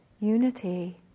unity